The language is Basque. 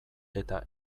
eta